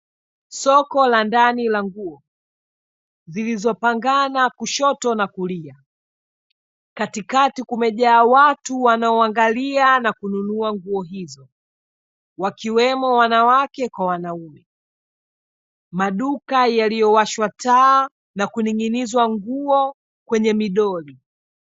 Soko la ndani la nguo zilizopangana kushoto na kulia, katikati kumejaa watu wanaoangalia na kununua nguo hizo, wakiwemo wanawake kwa wanaume. Maduka yaliyowashwa taa na kuning'nizwa nguo kwenye midoli.